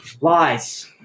Lies